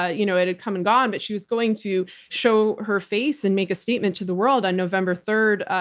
ah you know it had come and gone, but she was going to show her face and make a statement to the world on november three, ah